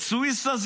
את סויסה,